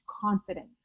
confidence